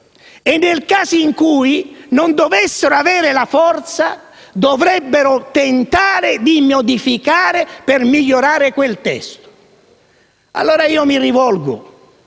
E, nel caso in cui non dovessero averne la forza, dovrebbero tentare di modificare e migliorare quel testo. Allora mi rivolgo